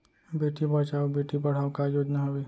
बेटी बचाओ बेटी पढ़ाओ का योजना हवे?